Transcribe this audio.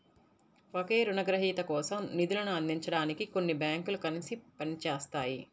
ఒకే రుణగ్రహీత కోసం నిధులను అందించడానికి కొన్ని బ్యాంకులు కలిసి పని చేస్తాయి